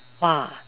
!woah!